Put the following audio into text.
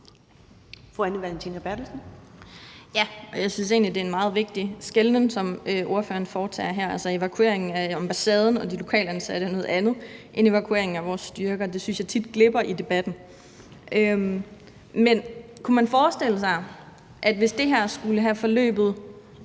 Anne Valentina Berthelsen (SF): Ja, og jeg synes egentlig, det er en meget vigtig skelnen, som ordføreren foretager her. Altså, evakueringen af ambassaden og de lokalt ansatte er noget andet end evakueringen af vores styrker. Det synes jeg tit glipper i debatten. Men kunne man forestille sig, at man, hvis det her skulle have forløbet